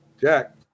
Jack